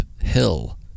hill